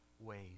ways